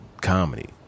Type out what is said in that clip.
comedy